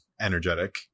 energetic